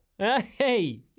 Hey